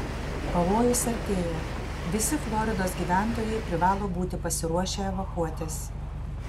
pavojus artėja visi floridos gyventojai privalo būti pasiruošę evakuotis